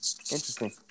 Interesting